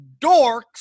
dorks